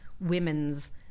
women's